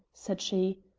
said she.